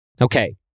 okay